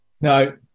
No